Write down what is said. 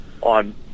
on